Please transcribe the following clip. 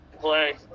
play